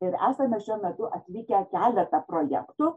ir esame šiuo metu atlikę keletą projektų